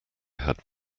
had